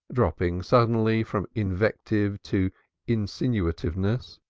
dropping suddenly from invective to insinuativeness.